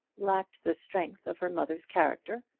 lacked the strength of her mother's character,